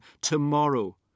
tomorrow